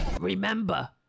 Remember